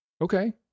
Okay